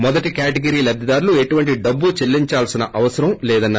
మొదటి కేటగిరీ లబ్దిదారులు ఎలాంటి డబ్బు చెల్లించాల్సిన అవసరం లేదన్నారు